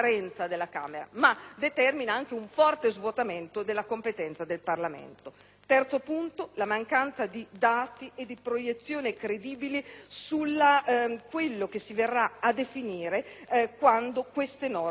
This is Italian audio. Terzo punto: la mancanza di dati e di proiezioni credibili su quello che si verrà a definire quando queste norme troveranno attuazione.